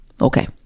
Okay